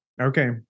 okay